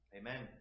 amen